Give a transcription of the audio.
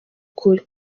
kuri